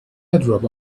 airdrop